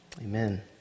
amen